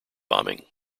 bombing